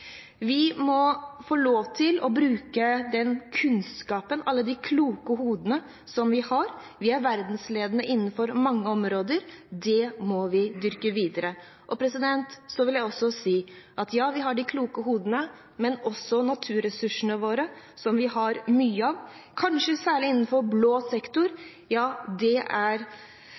Vi må få lov til å bruke den kunnskapen og alle de kloke hodene som vi har. Vi er verdensledende innenfor mange områder. Det må vi dyrke videre. Jeg vil også si: Ja, vi har de kloke hodene, men også naturressursene våre – som vi har mye av, kanskje særlig innenfor blå sektor